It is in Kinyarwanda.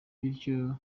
bityo